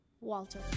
Walter